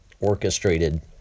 orchestrated